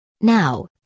Now